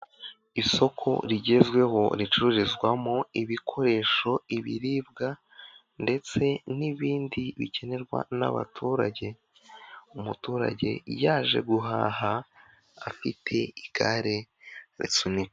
Isoko rigezweho ricururizwamo ibikoresho, ibiribwa ndetse n'ibindi bikenerwa n'abaturage, umuturage yaje guhaha, afite igare asunika.